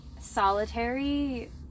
solitary